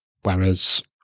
Whereas